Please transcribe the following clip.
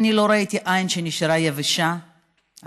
אני לא ראיתי עין שנשארה יבשה אחרי